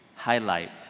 highlight